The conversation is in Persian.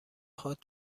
هات